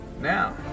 Now